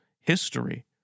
history